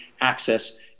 access